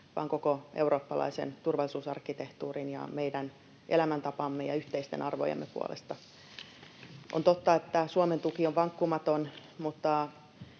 vaan koko eurooppalaisen turvallisuusarkkitehtuurin ja meidän elämäntapamme ja yhteisten arvojemme puolesta. On totta, että Suomen tuki on vankkumaton, mutta